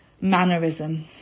Mannerism